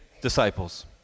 disciples